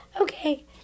Okay